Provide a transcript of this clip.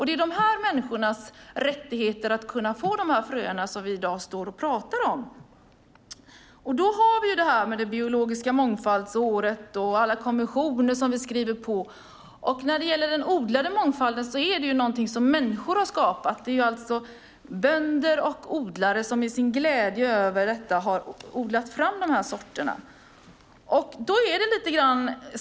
Det är dessa människors rättigheter när det gäller att kunna få dessa fröer som vi i dag står och pratar om. Då har vi det biologiska mångfaldsåret och alla konventioner som vi skriver på. Den odlade mångfalden är någonting som människor har skapat. Det är alltså bönder och odlare som i sin glädje över detta har odlat fram dessa sorter.